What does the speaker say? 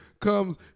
comes